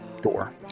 Door